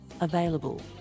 available